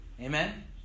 amen